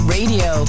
Radio